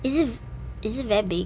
is it is it very big